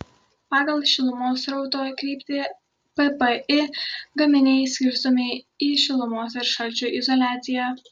pagal šilumos srauto kryptį ppi gaminiai skirstomi į šilumos ir šalčio izoliaciją